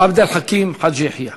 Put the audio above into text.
עבד אל חכים חאג' יחיא.